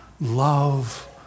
love